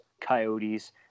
Coyotes